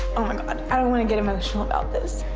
oh my god, i don't want to get emotional about this.